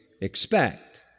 expect